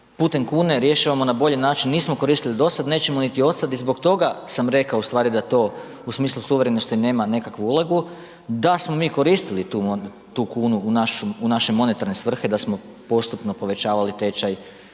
putem kune rješavamo na bolji način, nismo koristili do sad, nećemo niti od sad i zbog toga sam rekao ustvari da to u smislu suverenosti nema nekakvu ulogu da smo mi koristili tu kunu u naše monetarne svrhe, da smo postupno povećavali tečaj